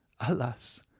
Alas